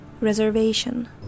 reservation